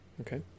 Okay